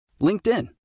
LinkedIn